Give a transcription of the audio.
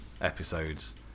episodes